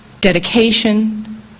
dedication